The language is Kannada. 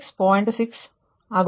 6 ಆಗುತ್ತದೆ